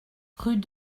rue